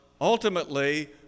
ultimately